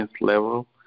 level